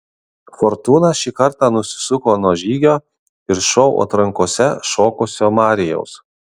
fortūna šį kartą nusisuko nuo žygio ir šou atrankose šokusio marijaus